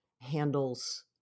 handles